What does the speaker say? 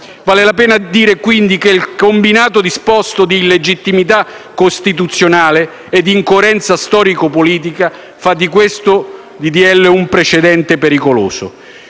Vale la pena dire, quindi, che il combinato disposto di illegittimità costituzionale ed incoerenza storico-politica fa di questo disegno di legge un precedente pericoloso.